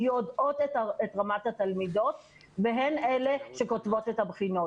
יודעות את רמת התלמידות והן אלה שכותבות את הבחינות.